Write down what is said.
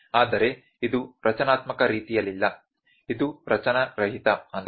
ಆದರೆ ಇದು ರಚನಾತ್ಮಕ ರೀತಿಯಲ್ಲಿಲ್ಲ ಇದು ರಚನೆರಹಿತ ದತ್ತಾಂಶವಾಗಿದೆ